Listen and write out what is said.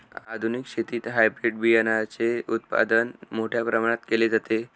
आधुनिक शेतीत हायब्रिड बियाणाचे उत्पादन मोठ्या प्रमाणात केले जाते